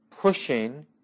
Pushing